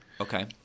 Okay